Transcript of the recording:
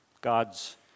God's